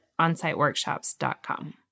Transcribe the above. onsiteworkshops.com